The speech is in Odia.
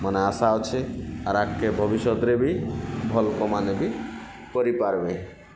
ମାନେ ଆଶା ଅଛେ ଆର୍ ଆଗକେ ଭବିଷ୍ୟତରେ ବି ଭଲ୍ ଲୋକମାନେ ବି କରିପାରବେ